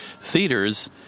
theaters